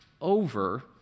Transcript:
over